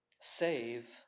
save